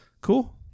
Cool